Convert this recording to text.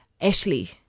Ashley